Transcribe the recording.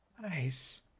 Nice